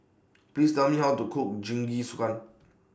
Please Tell Me How to Cook Jingisukan